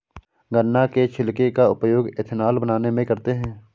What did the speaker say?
गन्ना के छिलके का उपयोग एथेनॉल बनाने में करते हैं